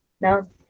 no